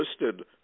listed